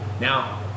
Now